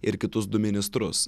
ir kitus du ministrus